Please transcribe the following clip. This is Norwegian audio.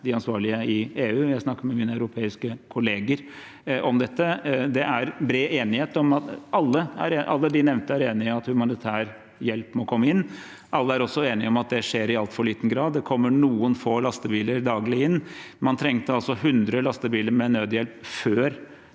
de ansvarlige i EU, jeg snakker med mine europeiske kollegaer om dette. Alle de nevnte er enig i at humanitær hjelp må komme inn. Alle er også enige om at det skjer i altfor liten grad. Det kommer daglig noen få lastebiler inn. Man trengte altså 100 lastebiler med nødhjelp før